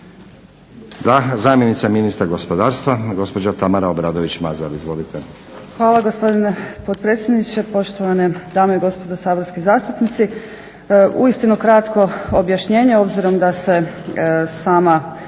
Da. Zamjenica ministra gospodarstva, gospođa Tamara Obradović-Mazal. Izvolite.